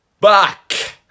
back